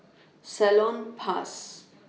Salonpas